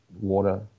water